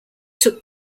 took